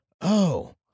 oh-